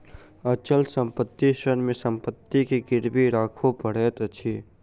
अचल संपत्ति ऋण मे संपत्ति के गिरवी राखअ पड़ैत अछि